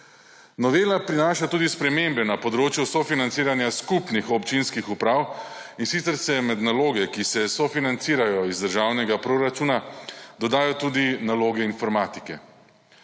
Novela prinaša tudi spremembe na področju sofinanciranja skupnih občinskih uprav, in sicer se med naloge, ki se sofinancirajo iz državnega proračuna, dodajo tudi naloge informatike.